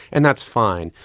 and that's fine.